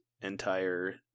entire